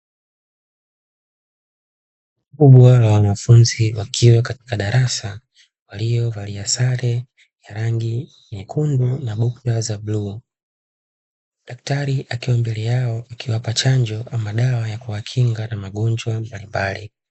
Kundi la wanafunzi wakiwa katika darasa waliovalia sare ya rangi nyekundu na bukta za bluu, daktari akiwa mbele yao akiwapa chanjo ama dawa ya kuwakinga na magonjwa mbalimbali.